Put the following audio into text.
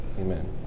Amen